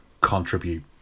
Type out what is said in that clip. Contribute